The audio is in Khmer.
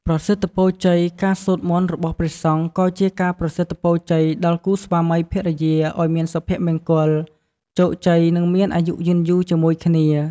ប្រសិទ្ធពរជ័យ ការសូត្រមន្តរបស់ព្រះសង្ឃក៏ជាការប្រសិទ្ធពរជ័យដល់គូស្វាមីភរិយាឱ្យមានសុភមង្គល ជោគជ័យ និងមានអាយុយឺនយូរជាមួយគ្នា។